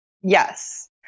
Yes